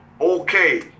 okay